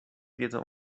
wiedzą